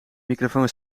microfoon